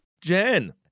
Jen